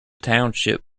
township